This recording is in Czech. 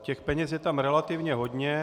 Těch peněz je tam relativně hodně.